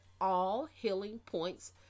allhealingpoints